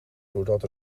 doordat